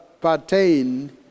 pertain